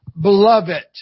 Beloved